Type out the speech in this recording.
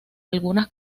algunas